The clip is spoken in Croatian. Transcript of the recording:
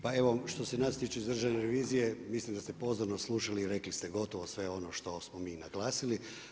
Pa evo što se nas tiče iz Državne revizije mislim da ste pozorno slušali i rekli ste gotovo sve ono što smo mi naglasili.